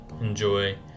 enjoy